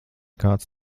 kāds